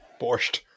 Borscht